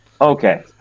Okay